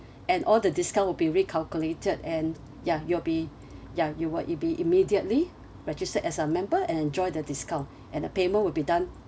and all the discount will be recalculated and ya you'll be ya you will it be immediately registered as a member and enjoy the discount and the payment will be done